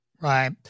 right